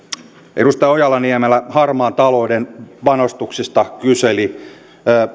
edustaja ojala niemelä harmaan talouden panostuksista kyseli